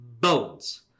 Bones